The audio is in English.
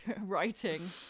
writing